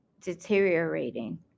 deteriorating